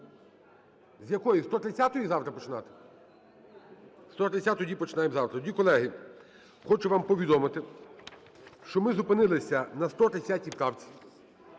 З якої, 130-ї завтра починати? 130-у тоді починаємо завтра. Тоді, колеги, хочу вам повідомити, що ми зупинилися на 130 правці.